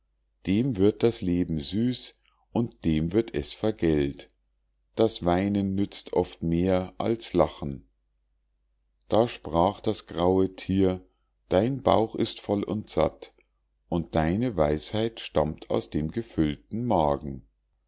dem wird das leben süß und dem wird es vergällt das weinen nützt oft mehr als lachen da sprach das graue thier dein bauch ist voll und satt und deine weisheit stammt aus dem gefüllten magen